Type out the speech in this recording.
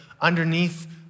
underneath